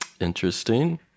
Interesting